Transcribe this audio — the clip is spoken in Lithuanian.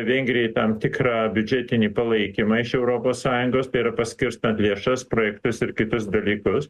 vengrijai tam tikrą biudžetinį palaikymą iš europos sąjungos tai yra paskirstant lėšas projektus ir kitus dalykus